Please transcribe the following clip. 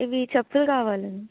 ఇవి చెప్పులు కావాలండి